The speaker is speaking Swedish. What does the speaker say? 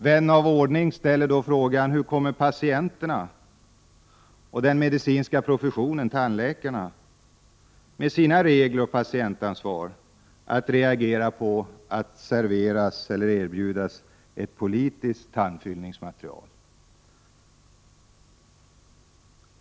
Vän av ordning ställer då frågan: Hur kommer patienterna och den medicinska professionen, tandläkarna, med sina regler och sitt patientansvar, att reagera på att erbjudas ett ”politiskt tandfyllnadsmaterial”?